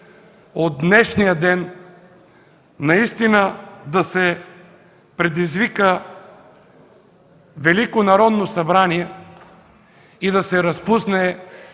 от днешния ден наистина да се предизвика Велико Народно събрание и да се разпусне